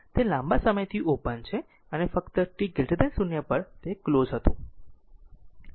તે લાંબા સમયથી ઓપન છે અને ફક્ત t 0 પર તે ક્લોઝ હતું